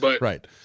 Right